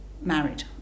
married